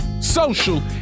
social